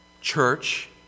church